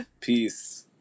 Peace